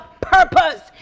purpose